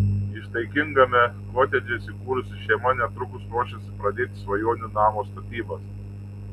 ištaigingame kotedže įsikūrusi šeima netrukus ruošiasi pradėti svajonių namo statybas